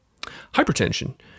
Hypertension